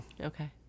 Okay